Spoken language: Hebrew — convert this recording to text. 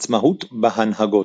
עצמאות בהנהגות